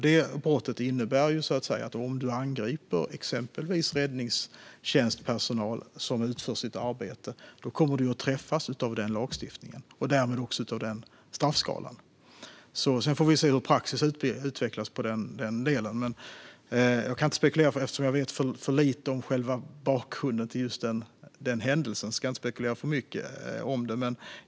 Det brottet innebär att du, om du angriper exempelvis räddningstjänstpersonal som utför sitt arbete, kommer att träffas av den lagstiftningen och därmed också av den straffskalan. Sedan får vi se hur praxis utvecklas i den delen. Men eftersom jag vet för lite om själva bakgrunden till just denna händelse ska jag inte spekulera för mycket om det.